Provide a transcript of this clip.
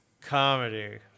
comedy